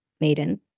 maiden